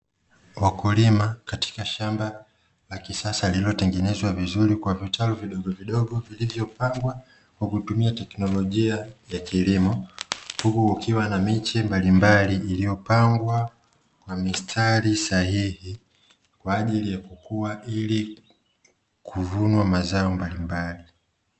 Wakulima katika shamba la kisasa lililotengenezwa vizuri kwa vitalu vidogovidogo vilivyopangwa kwa kutumia teknolojia ya kilimo, huku ukiwa na miche mbalimbali iliyopangwa kwa mistari sahihi kwaajili ya kukua ili kuvunwa mazao mbalimbali.